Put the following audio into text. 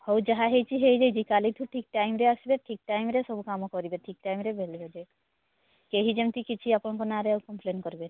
ହଉ ଯାହା ହେଇଛି ହେଇଯାଇଛି କାଲିଠୁ ଠିକ୍ ଟାଇମ୍ରେ ଆସିବେ ଠିକ୍ ଟାଇମ୍ରେ ସବୁ କାମ କରିବେ ଠିକ୍ ଟାଇମ୍ରେ ବେଲ୍ ବଜାଇବେ କେହି ଯେମିତି ଆପଣଙ୍କ ନାଁରେ କିଛି କମ୍ପ୍ଲେନ୍ କରିବେନି